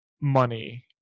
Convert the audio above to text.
money